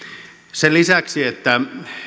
sen lisäksi että